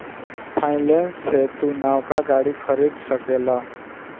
finance से तू नवका गाड़ी खरीद सकेल